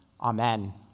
Amen